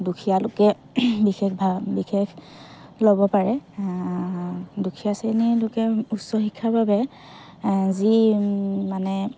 দুখীয়া লোকে বিশেষভাৱে বিশেষ ল'ব পাৰে দুখীয়া শ্ৰেণী লোকে উচ্চ শিক্ষাৰ বাবে যি মানে